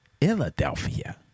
Philadelphia